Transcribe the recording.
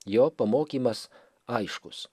jo pamokymas aiškus